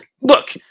look